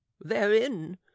therein